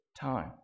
time